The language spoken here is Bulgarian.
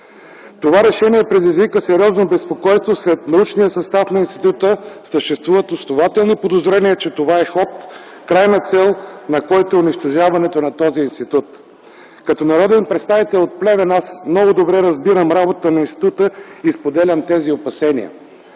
Това решение предизвика сериозно безпокойство сред научния състав на института. Съществуват основателни подозрения, че това е ход, крайна цел, на който е унищожаването на този институт. Като народен представител от Плевен, аз много добре разбирам работата на института и споделям тези опасения.